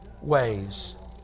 ways